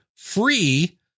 free